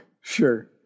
Sure